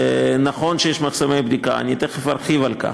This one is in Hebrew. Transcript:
נכון שיש מחסומי בדיקה, ואני תכף ארחיב על כך,